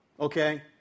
Okay